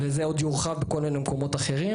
זה עוד יורחב בכל מיני מקומות אחרים